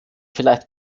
vielleicht